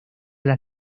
las